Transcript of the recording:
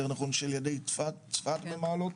יותר נכון של ילדי צפת ממעלות,